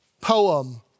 poem